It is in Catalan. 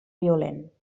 violent